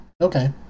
okay